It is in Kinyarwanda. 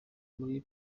muri